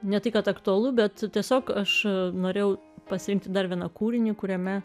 ne tai kad aktualu bet tiesiog aš norėjau pasiimti dar vieną kūrinį kuriame